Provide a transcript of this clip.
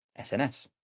SNS